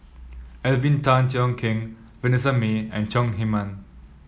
Alvin Tan Cheong Kheng Vanessa Mae and Chong Heman